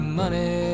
money